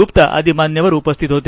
गुप्ता आदी मान्यवर उपस्थित होते